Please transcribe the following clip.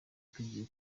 tugiye